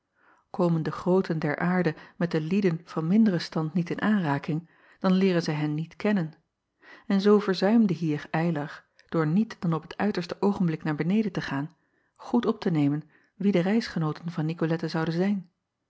de grooten der aarde met de lieden van minderen stand niet in aanraking dan leeren zij hen niet kennen en zoo verzuimde hier ylar door niet dan op t uiterste oogenblik naar beneden te gaan goed op te nemen wie de reisgenooten van icolette zouden zijn